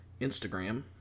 Instagram